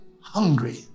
hungry